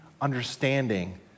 understanding